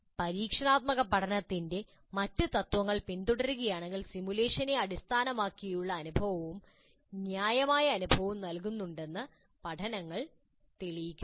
പരീക്ഷണാത്മക പഠനത്തിന്റെ മറ്റ് തത്ത്വങ്ങൾ പിന്തുടരുകയാണെങ്കിൽ സിമുലേഷനെ അടിസ്ഥാനമാക്കിയുള്ള അനുഭവവും ന്യായമായ അനുഭവവും നൽകുന്നുവെന്ന് പഠനങ്ങൾ തെളിയിക്കുന്നു